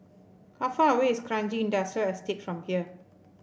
how far away is Kranji Industrial Estate from here